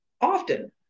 often